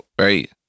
right